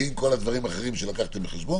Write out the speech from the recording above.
ועם כל הדברים האחרים שלקחתם בחשבון,